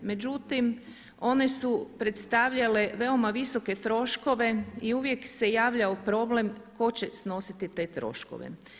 Međutim, one su predstavljale veoma visoke troškove i uvijek se javljao problem tko će snositi te troškove.